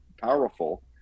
powerful